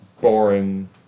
boring